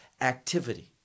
activity